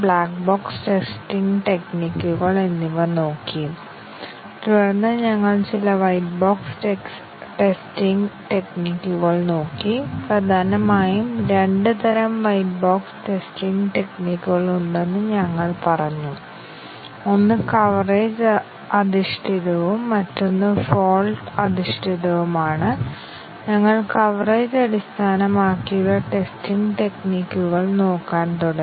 path പരിശോധനയിൽ ഞങ്ങൾ test കേസുകൾ രൂപകൽപ്പന ചെയ്യുന്നു അല്ലെങ്കിൽ പാത്ത് കവറേജ് നേടാൻ ഞങ്ങൾക്ക് ടെസ്റ്റ് കേസുകൾ ആവശ്യമാണ്